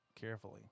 Carefully